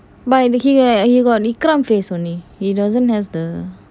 but he got Vikram face only he doesn't has the